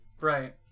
Right